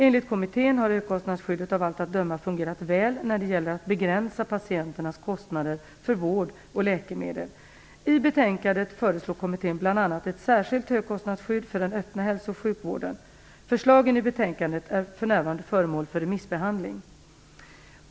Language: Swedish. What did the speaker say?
Enligt kommittén har högkostnadsskyddet av allt att döma fungerat väl när det gäller att begränsa patienternas kostnader för vård och läkemedel. I betänkandet föreslår kommittén bl.a. ett särskilt högkostnadsskydd för den öppna hälso och sjukvården. Förslagen i betänkandet är för närvarande föremål för remissbehandling.